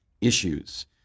issues